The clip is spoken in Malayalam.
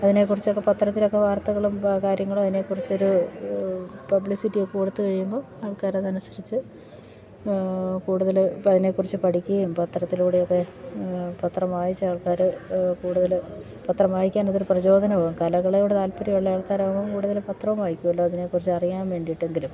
അതിനെ കുറിച്ചൊക്കെ പത്രത്തിലൊക്കെ വാർത്തകളും കാര്യങ്ങളും അ തിനെ കുറിച്ചൊരു പബ്ലിസിറ്റി ഒക്കെ കൊടുത്ത് കഴിയുമ്പോൾ ആൾക്കാർ അതനുസരിച്ചു കൂടുതൽ ഇപ്പം അതിനെ കുറിച്ചു പഠിക്കുകയും പത്രത്തിലൂടെയൊക്കെ പത്രം വായിച്ചു ആൾക്കാർ കൂടുതൽ പത്രം വായിക്കാൻ അതൊരു പ്രചോദനവും കലകളോട് താല്പര്യമുള്ള ആൾക്കാരാവുമ്പോൾ കൂടുതൽ പത്രം വായിക്കുമല്ലോ അതിനെ കുറിച്ചു അറിയാൻ വേണ്ടിയിട്ടെങ്കിലും